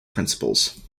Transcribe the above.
principles